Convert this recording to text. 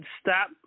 stop